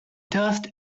dust